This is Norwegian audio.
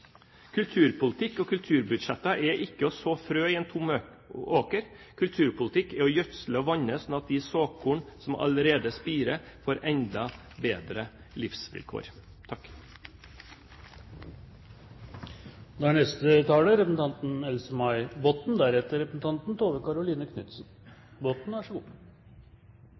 Kulturpolitikk og kulturbudsjetter er ikke å så frø i en tom åker, kulturpolitikk er å gjødsle og vanne sånn at de såkorn som allerede spirer, får enda bedre livsvilkår. Jeg vil takke representanten Gjul for å ta opp dette temaet. Jeg husker godt da forgjengeren til Huitfeldt presenterte ideen om Kulturløftet. Det var så